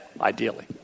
ideally